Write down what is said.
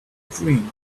dream